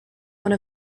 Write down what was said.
one